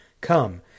Come